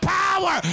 power